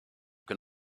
can